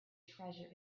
treasure